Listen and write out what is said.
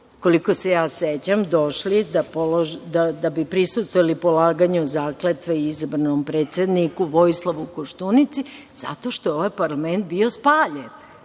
koliko se ja sećam, došli da bi prisustvovali polaganju zakletve izabranom predsedniku Vojislavu Koštunici jer je ovaj parlament bio spaljen,